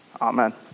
Amen